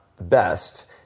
best